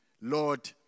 Lord